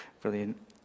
Brilliant